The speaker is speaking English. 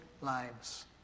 lives